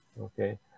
Okay